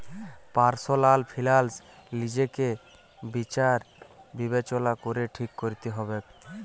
personal finance লিজেকে বিচার বিবেচলা ক্যরে ঠিক ক্যরতে হবেক